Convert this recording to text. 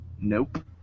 Nope